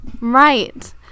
right